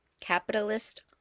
Capitalist